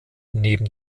neben